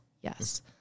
yes